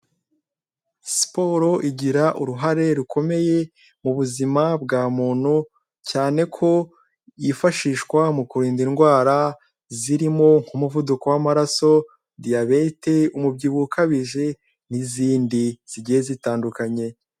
Siporo igira uruhare rukomeye mu buzima bwa muntu, cyane ko yifashishwa mu kurinda indwara zirimo nk'umuvuduko w'amaraso, diyabete, umubyibuho ukabije n'izindi zigiye zitandukanye.